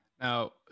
Now